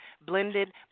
blended